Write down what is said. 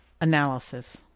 Analysis